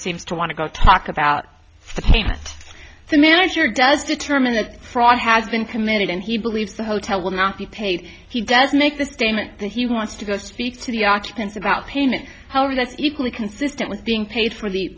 seems to want to go talk about the manager does determine that fraud has been committed and he believes the hotel will not be paid he does make the statement that he wants to go speak to the occupants about payment however that's equally consistent with being paid for the